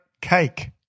cake